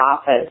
office